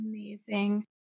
Amazing